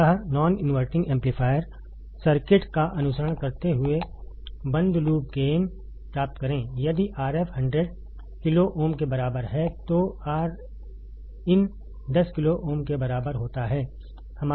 अतः non inverting amplifier circuit का अनुसरण करते हुए बंद लूप गेन प्राप्त करें यदि Rf 100 किलो ओम के बराबर है तो Rin 10 किलो ओम के बराबर होता है